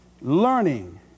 learning